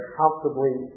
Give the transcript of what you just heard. comfortably